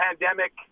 pandemic